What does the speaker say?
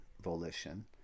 volition